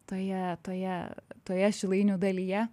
toje toje toje šilainių dalyje